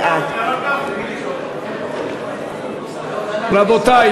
בעד רבותי,